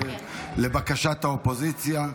לבקשת האופוזיציה.